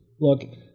look